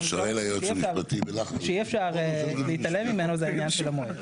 מה שאי אפשר להתעלם ממנו זה העניין של המועד.